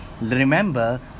remember